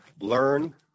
learn